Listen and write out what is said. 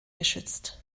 geschützt